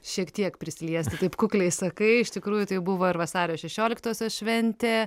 šiek tiek prisiliesti taip kukliai sakai iš tikrųjų taip buvo ir vasario šešioliktosios šventė